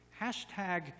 hashtag